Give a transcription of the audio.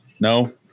No